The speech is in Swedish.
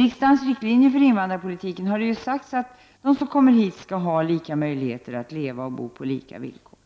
I riksdagens riktlinjer för invandrarpolitiken har det sagts att de som kommer hit skall ges möjligheter att leva och bo på lika villkor